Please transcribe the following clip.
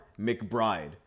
McBride